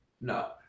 no